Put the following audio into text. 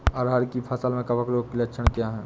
अरहर की फसल में कवक रोग के लक्षण क्या है?